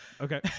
Okay